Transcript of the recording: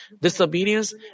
disobedience